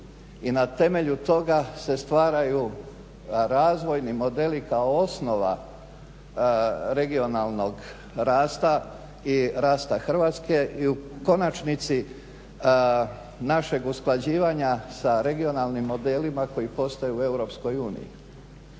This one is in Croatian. i na temelju toga se stvaraju razvojni modeli kao osnova regionalnog rasta i rasta Hrvatske i u konačnici našeg usklađivanja sa regionalnim modelima koji postoje u